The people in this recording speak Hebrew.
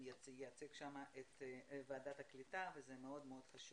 ייצג את ועדת העלייה והקליטה וזה מאוד מאוד חשוב.